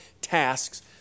tasks